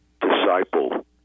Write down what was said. disciple